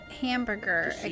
Hamburger